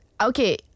Okay